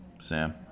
sam